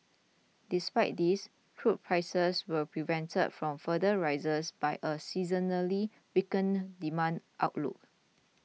despite this crude prices were prevented from further rises by a seasonally weakening demand outlook